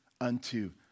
unto